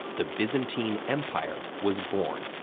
the byzantine empire was born.